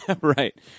right